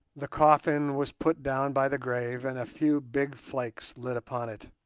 the coffin was put down by the grave, and a few big flakes lit upon it.